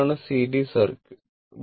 ഇതാണ് series circuit